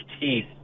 teeth